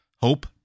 Hope